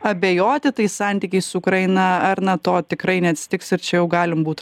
abejoti tais santykiais su ukraina ar na to tikrai neatsitiks ir čia jau galim būt